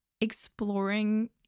exploring